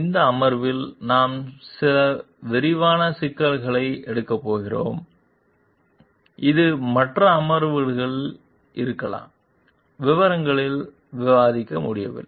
இந்த அமர்வில் நாம் சில விரிவான சிக்கல்களை எடுக்கப் போகிறோம் இது மற்ற அமர்வுகளில் இருக்கலாம் விவரங்களில் விவாதிக்க முடியவில்லை